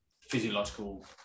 physiological